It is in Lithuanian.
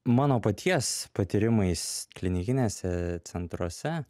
mano paties patyrimais klinikiniuose centruose